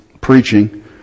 preaching